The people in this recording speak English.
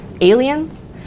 aliens